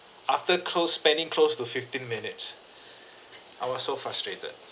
after close spending close to fifteen minute I was so frustrated